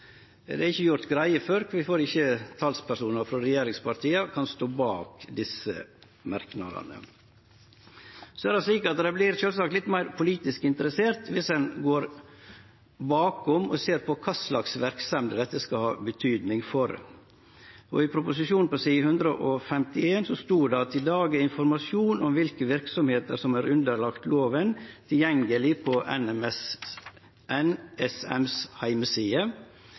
Det er ikkje gjort greie for kvifor talspersonar frå regjeringspartia ikkje kan stå bak desse merknadene. Det vert sjølvsagt litt meir politisk interessant viss ein går bakom og ser på kva slags verksemder dette skal ha betyding for. I proposisjonen på side 151 står det: «I dag er informasjonen om hvilke virksomheter som er underlagt loven tilgjengelig på